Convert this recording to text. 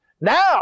Now